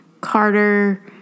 Carter